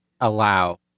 allow